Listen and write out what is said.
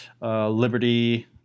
Liberty